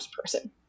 person